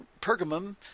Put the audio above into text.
Pergamum